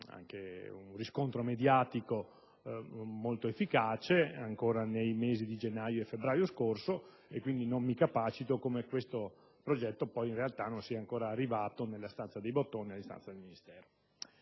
un riscontro mediatico molto efficace, ancora nei mesi di gennaio e febbraio scorso, e quindi non mi capacito di come in realtà non sia ancora arrivato nella stanza dei bottoni al Ministero.